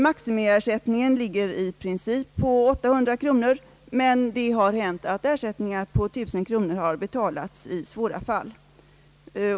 Maximiersättningen ligger i princip på 800 kronor, men det har hänt att ersättningar på 1000 kronor har betalats i svåra fall.